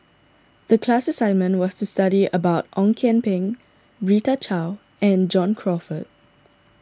the class assignment was to study about Ong Kian Peng Rita Chao and John Crawfurd